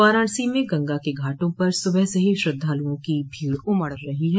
वाराणसी में गंगा के घाटों पर सुबह से ही श्रद्धालुओं की भीड़ रही है